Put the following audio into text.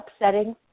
upsetting